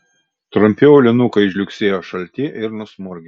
trumpi aulinukai žliugsėjo šalti ir nusmurgę